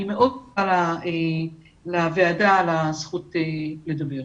אני מודה לוועדה על הזכות לדבר.